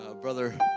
Brother